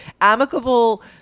Amicable